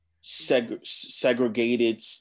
segregated